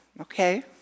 okay